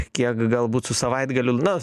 kiek galbūt su savaitgaliu na